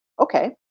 okay